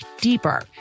deeper